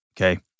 okay